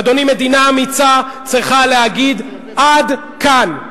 אדוני, מדינה אמיצה צריכה להגיד: עד כאן.